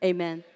Amen